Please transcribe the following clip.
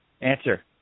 answer